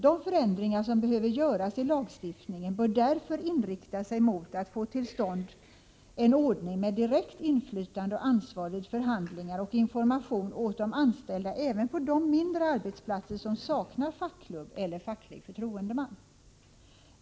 De förändringar som behöver göras i lagstiftningen bör därför inriktas mot att få till stånd en ordning med direkt inflytande och ansvar vid förhandlingar och information åt de anställda även på de mindre arbetsplatser som saknar fackklubb eller facklig förtroendeman.